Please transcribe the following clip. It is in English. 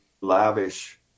lavish